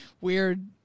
weird